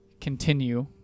continue